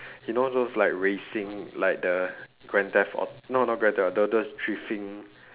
you know those like racing like the grand theft auto no no not grand theft auto the those drifting